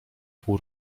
pół